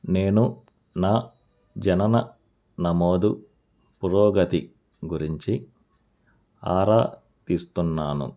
నేను నా జనన నమోదు పురోగతి గురించి ఆరా తీస్తున్నాను